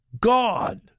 God